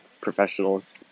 professionals